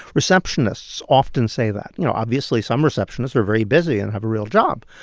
receptionists often say that. you know, obviously, some receptionists are very busy and have a real job,